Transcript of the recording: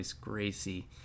Gracie